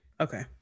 okay